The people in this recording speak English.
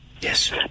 Yes